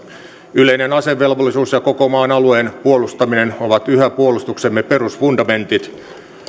yleinen asevelvollisuus ja koko maan alueen puolustaminen ovat yhä puolustuksemme perusfundamentit